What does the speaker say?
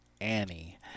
Annie